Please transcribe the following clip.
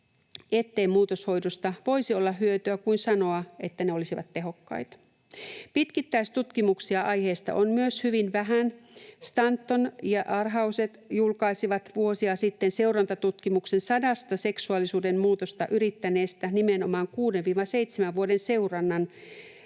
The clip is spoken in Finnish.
ettei muutoshoidoista voisi olla hyötyä, kuin sanoa, että ne olisivat tehokkaita. Pitkittäistutkimuksia aiheesta on myös hyvin vähän. Stanton ja Yarhouse julkaisivat vuosia sitten seurantatutkimuksen sadasta seksuaalisuuden muutosta yrittäneestä — nimenomaan 6—7 vuoden seurannan